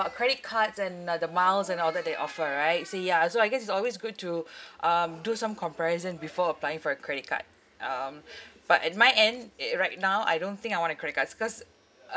credit cards and uh the miles and all that they offer right so ya so I guess it's always good to um do some comparison before applying for a credit card um but at my end uh right now I don't think I want a credit cards cause